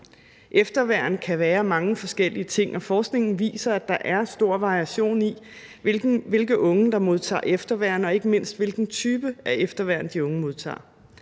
Efterværn kan være mange forskellige ting, og forskningen viser, at der er stor variation i, hvilke unge der modtager efterværn, og ikke mindst hvilken type af efterværn de unge modtager.